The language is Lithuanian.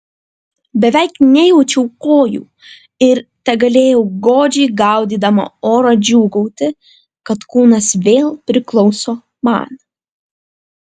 beveik nejaučiau kojų ir tegalėjau godžiai gaudydama orą džiūgauti kad kūnas vėl priklauso man